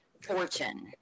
fortune